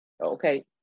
Okay